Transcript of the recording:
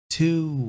two